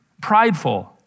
prideful